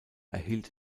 erhielt